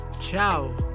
ciao